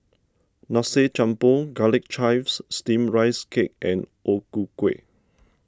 Nasi Campur Garlic Chives Steamed Rice Cake and O Ku Kueh